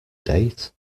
date